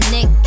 Nick